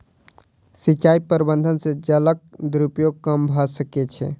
सिचाई प्रबंधन से जलक दुरूपयोग कम भअ सकै छै